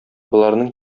боларның